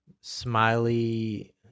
Smiley